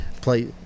play